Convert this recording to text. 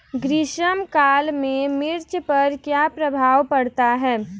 ग्रीष्म काल में मिर्च पर क्या प्रभाव पड़ता है?